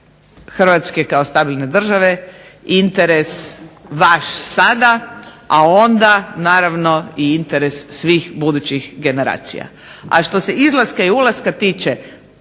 Hrvatske kao stabilne države, interes vaš sada, a onda naravno i interes svih budućih generacija. A što se izlaska i ulaska tiče